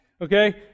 okay